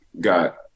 got